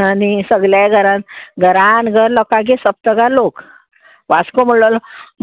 आनी सगल्या घरान घरान घर लोकागेर सप्तकां लोक वास्को म्हणलो